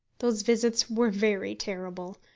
those visits were very terrible,